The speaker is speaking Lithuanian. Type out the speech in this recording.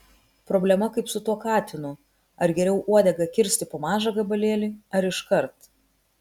problema kaip su tuo katinu ar geriau uodegą kirsti po mažą gabalėlį ar iškart